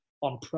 On